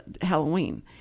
Halloween